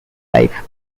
life